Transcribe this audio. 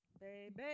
baby